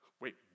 wait